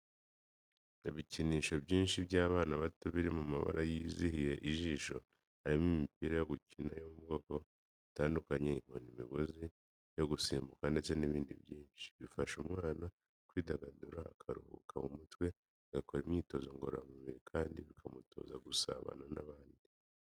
Ibikinisho byinshi by'abana bato biri mu mabara yizihiye ijisho. Harimo imipira yo gukina yo mu bwoko butandukanye, inkoni, imigozi yo gusimbuka ndetse n'ibindi byinshi. Bifasha umwana kwidagadura, akaruhuka mu mutwe, agakora imyitozo ngororamubiri kandi bikamutoza gusabana n'abandi.